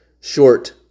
short